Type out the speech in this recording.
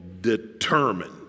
determined